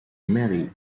mary